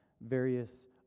various